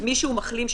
מי שהוא מחלים,